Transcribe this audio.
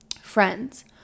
Friends